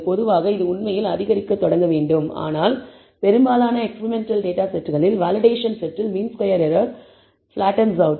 பொதுவாக இது உண்மையில் அதிகரிக்கத் தொடங்க வேண்டும் ஆனால் பெரும்பாலான எக்ஸ்பிரிமெண்ட்டல் டேட்டா செட்களில் வேலிடேஷன் செட்டில் mean squared error flattens out